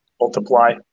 multiply